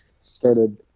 started